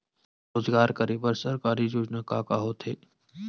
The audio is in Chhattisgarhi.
रोजगार करे बर सरकारी योजना का का होथे?